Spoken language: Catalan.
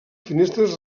finestres